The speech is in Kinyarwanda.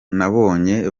nabonye